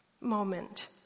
moment